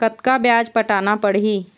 कतका ब्याज पटाना पड़ही?